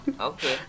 Okay